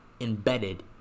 embedded